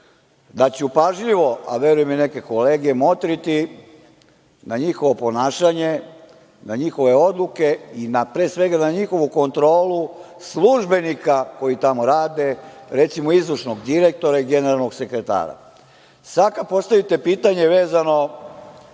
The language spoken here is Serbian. da ću pažljivo, a verujem i neke kolege, motriti na njihovo ponašanje, na njihove odluke i pre svega na njihovu kontrolu službenika koji tamo rade, recimo, izvršnog direktora i generalnog sekretara. Sad kad postavite pitanje vezano